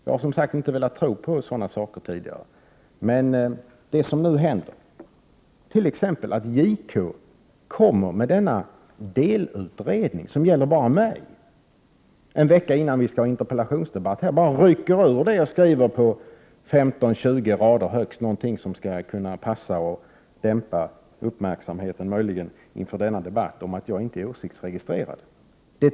Jag har, som sagt var, inte velat tro på sådant tidigare, men nu händer det saker, t.ex. att JK kommer med denna delutredning, som gäller bara mig. En vecka före denna interpellationsdebatt rycks bara 15-20 rader ut ur det jag skriver, för att möjligen dämpa uppmärksamheten och passa in när det gäller att jag inte är åsiktsregistrerad.